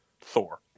thor